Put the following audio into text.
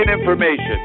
information